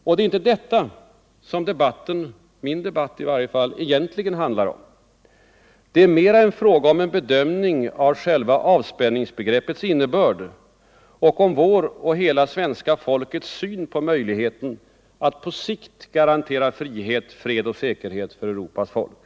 Och det är inte detta som debatten — min debatt i varje fall — egentligen handlar om. Det är mera fråga om en bedömning av själva avspänningsbegreppets innebörd och om vår och hela svenska folkets syn på möjligheten att på sikt garantera frihet, fred och säkerhet för Europas folk.